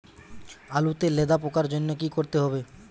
আলুতে লেদা পোকার জন্য কি করতে হবে?